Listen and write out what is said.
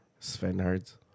Svenhards